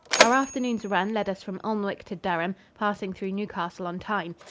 our afternoon's run led us from alnwick to durham, passing through newcastle-on-tyne.